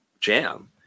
jam